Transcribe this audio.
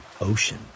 ocean